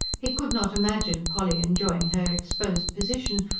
he could not imagine polly enjoying her exposed position,